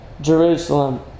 Jerusalem